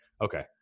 Okay